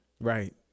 Right